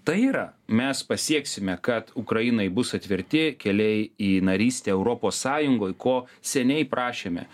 tai yra mes pasieksime kad ukrainai bus atverti keliai į narystę europos sąjungoj ko seniai prašėme